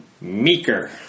Meeker